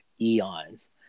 eons